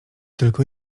tylko